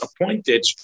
appointed